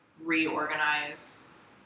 reorganize